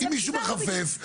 אם מישהו מחפף.